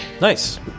Nice